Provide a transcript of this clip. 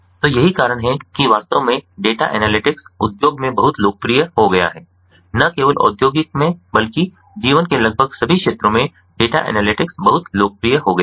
तो यही कारण है कि वास्तव में डेटा एनालिटिक्स उद्योग में बहुत लोकप्रिय हो गया है न केवल औद्योगिक में बल्कि जीवन के लगभग सभी क्षेत्रों में डेटा एनालिटिक्स बहुत लोकप्रिय हो गया है